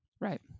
Right